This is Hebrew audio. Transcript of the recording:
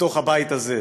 בתוך הבית הזה.